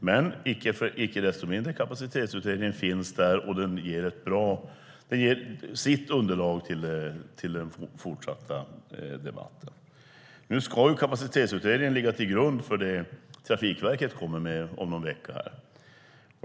Men icke desto mindre har Kapacitetsutredningen gett sitt underlag till den fortsatta debatten. Nu ska Kapacitetsutredningen ligga till grund för det Trafikverket kommer med om någon vecka.